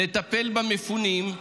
לטפל במפונים,